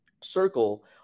circle